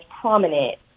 prominent